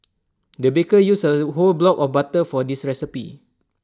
the baker used A whole block of butter for this recipe